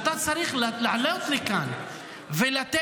שאתה צריך לעלות לכאן ולתת